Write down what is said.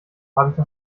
habe